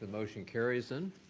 motion carries then.